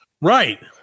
right